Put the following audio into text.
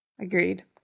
agreed